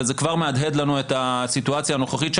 וזה כבר מהדהד לנו את הסיטואציה הנוכחית שלנו,